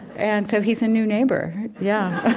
and so he's a new neighbor. yeah